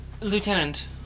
Lieutenant